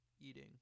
eating